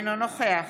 אינו נוכח